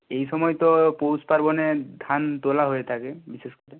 এই সময় তো পৌষপার্বণের ধান তোলা হয়ে থকে বিশেষ